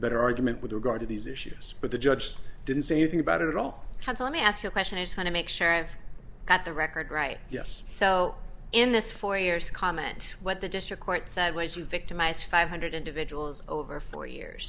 better argument with regard to these issues but the judge didn't say anything about it at all had let me ask a question is going to make sure i have at the record right yes so in this foyers comment what the district quite said ways you victimize five hundred individuals over four years